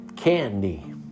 Candy